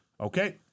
Okay